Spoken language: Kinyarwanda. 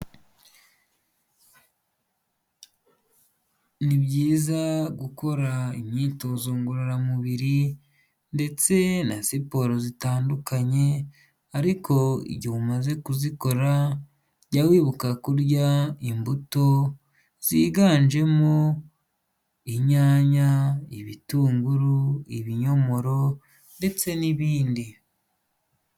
Ni byiza gukora imyitozo ngororamubiri, ndetse na siporo zitandukanye, ariko igihe umaze kuzikora jya wibuka kurya imbuto ziganjemo, inyanya, ibitunguru, ibinyomoro ndetse n'ibindi.